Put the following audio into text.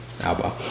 Alba